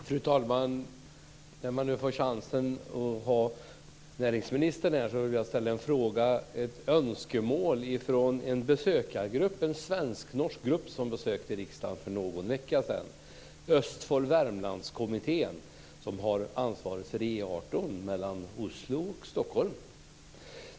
Fru talman! När nu näringsministern är här vill jag ta chansen att ställa en fråga till honom. Det gäller ett önskemål från en svensk-norsk grupp som besökte riksdagen för någon vecka sedan, Värmlands-Östfoldskommittén, som är engagerad i E 18 mellan Oslo och Stockholm.